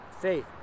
faith